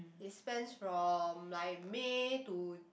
it spans from like May to